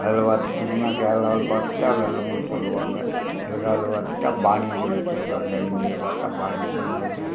அதில் பார்த்துட்டீங்கன்னா கேரளாவில் பார்த்துட்டா வெள்ளம்னு சொல்லுவாங்க பார்த்துட்டா பாணின்னு சொல்லி சொல்கிறாங்க இந்தியில பார்த்தா பாணி பாணிங்கிறாங்க